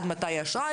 עד מתי האשרה,